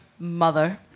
Mother